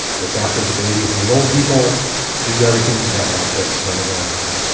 look after the babies and the old people do everything you can not to spread it around.